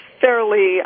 Fairly